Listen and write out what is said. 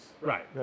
Right